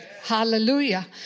Hallelujah